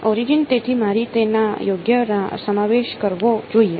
origin તેથી મારે તેનો યોગ્ય સમાવેશ કરવો જોઈએ